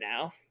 now